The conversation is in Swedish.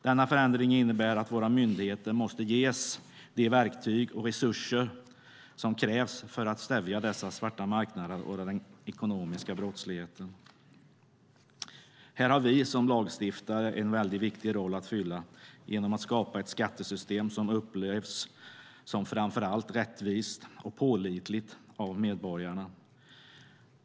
Denna förändring innebär att våra myndigheter måste ges de verktyg och resurser som krävs för att stävja dessa svarta marknader och den ekonomiska brottsligheten. Här har vi som lagstiftare en väldigt viktig roll att fylla genom att skapa ett skattesystem som upplevs som framför allt rättvist och pålitligt av medborgarna.